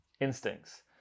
Instincts